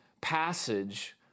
passage